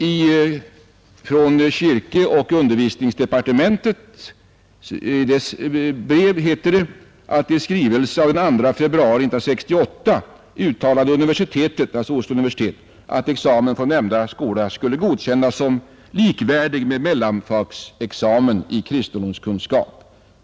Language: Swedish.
I Kirkeog undervisningsdepartementets brev heter det att Oslo universitet i skrivelse av den 2 februari 1968 uttalade att examen från nämnda skola skulle godkännas som likvärdig med ”mellomfagseksamen i kristendomskunnskap”.